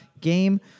game